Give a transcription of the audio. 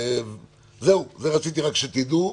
רציתי רק שתדעו.